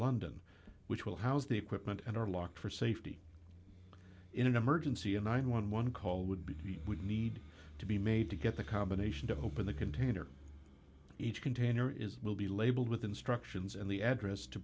london which will house the equipment and are locked for safety in an emergency a nine hundred and eleven call would be he would need to be made to get the combination to open the container each container is will be labeled with instructions and the address to